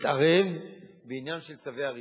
להתערב בעניין של צווי הריסה.